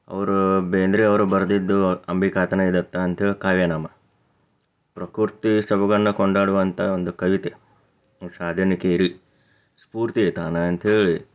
ಅವರು ಬೇಂದ್ರೆ ಅವರು ಬರೆದಿದ್ದು ಅಂಬಿಕಾತನಯದತ್ತ ಅಂತ ಹೇಳಿ ಕಾವ್ಯನಾಮ ಪ್ರಕೃತಿ ಸೊಬಗನ್ನು ಕೊಂಡಾಡುವಂಥ ಒಂದು ಕವಿತೆ ಸಾಧನಕೇರಿ ಸ್ಪೂರ್ತಿ ಆಯ್ತನ ಅಂತ್ಹೇಳಿ